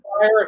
fire